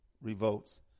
revolts